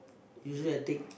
usually I take